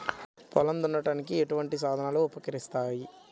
పొలం దున్నడానికి ఎటువంటి సాధనలు ఉపకరిస్తాయి?